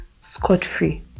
scot-free